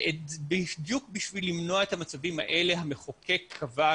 בדיוק בשביל למנוע את המצבים האלה המחוקק קבע,